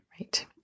Right